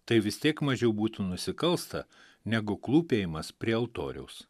tai vis tiek mažiau būtų nusikalsta negu klūpėjimas prie altoriaus